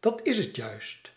dat is het juist